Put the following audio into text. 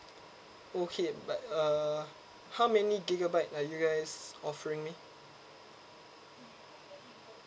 okay but uh how many gigabytes are you guys offering me